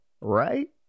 Right